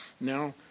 now